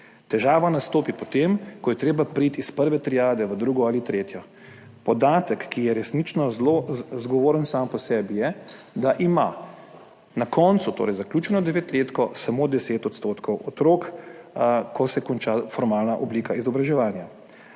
Težava nastopi potem, ko je treba priti iz prve triade v drugo ali tretjo. Podatek, ki je resnično zelo zgovoren sam po sebi, je, da ima na koncu zaključeno devetletko samo 10 % otrok, ko se konča formalna oblika izobraževanja,